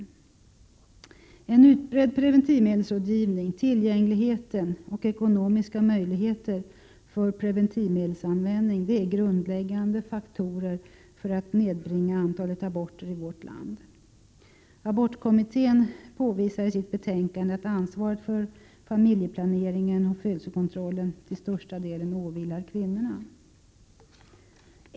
S maj 1988 En utbredd preventivmedelsrådgivning, tillgång på preventivmedel och ekonomiska möjligheter för preventivmedelsanvändning är grundläggande faktorer när det gäller att nedbringa antalet aborter i vårt land. Abortkommittén påvisar i sitt betänkande att ansvaret för familjeplaneringen och födelsekontrollen till största delen åvilar kvinnorna.